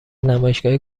نمایشگاهی